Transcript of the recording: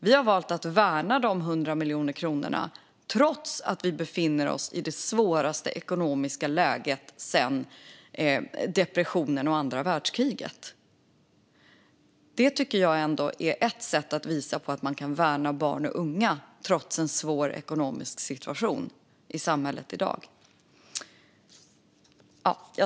Vi har valt att värna dessa 100 miljoner kronor, trots att vi befinner oss i det svåraste ekonomiska läget sedan depressionen och andra världskriget. Jag tycker ändå att det är ett sätt att visa att man kan värna barn och unga, trots en svår ekonomisk situation i samhället i dag.